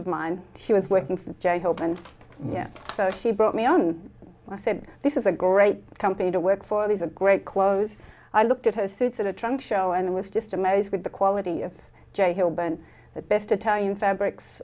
of mine he was working for jay hope and yeah so he brought me on i said this is a great company to work for these a great close i looked at his suits in a trunk show and it was just amazed with the quality of jay he'll been the best italian fabrics